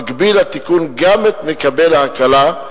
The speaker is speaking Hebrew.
מגביל התיקון גם את מקבל ההקלה.